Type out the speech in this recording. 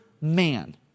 man